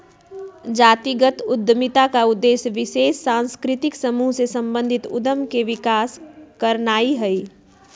जातिगत उद्यमिता का उद्देश्य विशेष सांस्कृतिक समूह से संबंधित उद्यम के विकास करनाई हई